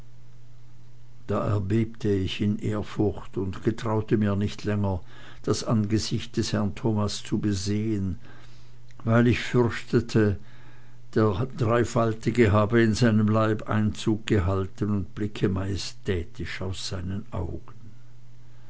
da erbebte ich in ehrfurcht und getraute mich nicht länger das angesicht des herrn thomas zu besehen weil ich fürchtete der dreifaltige habe in seinem leib einzug gehalten und blicke majestätisch aus seinen augen